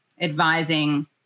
advising